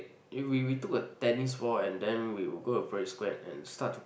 eh we we took a tennis ball and then we we go to a play square and start to